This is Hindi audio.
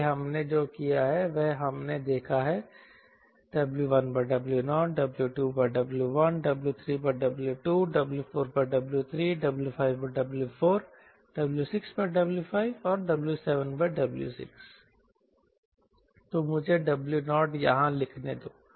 इसलिए हमने जो किया है वह हमने देखा है W1W0 W2W1 W3W2 W4W3 W5W4 W6W5 W7W6 तो मुझे W0 यहां लिखने दो